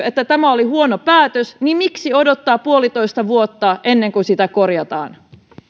että tämä oli huono päätös niin miksi odottaa puolitoista vuotta ennen kuin sitä korjataan